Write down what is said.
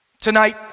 Tonight